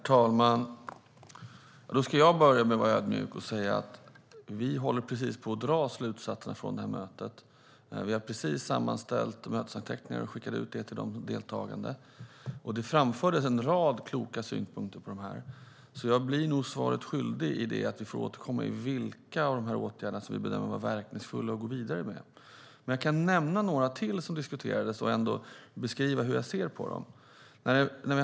Herr talman! Jag ska börja med att vara ödmjuk och säga att vi håller på att dra slutsatser av mötet. Vi har precis sammanställt mötesanteckningar och skickat ut dem till de deltagande. Det framfördes en rad kloka synpunkter, men jag blir nog svaret skyldig i det att vi får återkomma om vilka åtgärder vi bedömer vara verkningsfulla och vill gå vidare med. Jag kan nämna ytterligare några frågor som diskuterades.